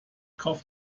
kauf